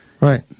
Right